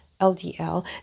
LDL